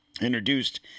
introduced